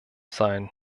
sein